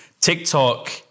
TikTok